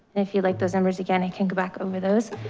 and if you'd like those numbers again, i can go back over those.